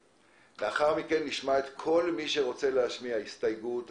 לאחר מכן נשמע את כל מי שרוצה להשמיע הסתייגות,